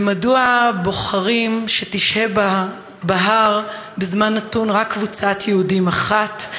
זה: מדוע בוחרים שתשהה בהר בזמן נתון רק קבוצת יהודים אחת?